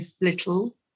little